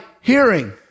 hearing